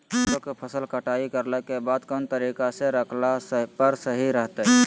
सरसों के फसल कटाई करला के बाद कौन तरीका से रखला पर सही रहतय?